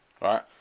Right